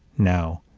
now,